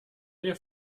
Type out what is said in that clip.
dir